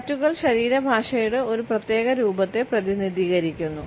ടാറ്റൂകൾ ശരീരഭാഷയുടെ ഒരു പ്രത്യേക രൂപത്തെ പ്രതിനിധീകരിക്കുന്നു